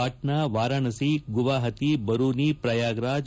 Patna Varanasi Guwahati Barauni Prayagraj